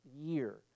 year